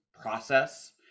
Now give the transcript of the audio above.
process